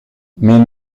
mais